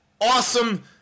awesome